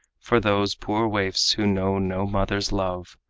for those poor waifs who know no mother's love.